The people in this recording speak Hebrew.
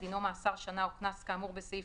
דינו מאס שנה או קנס כאמור בסעיף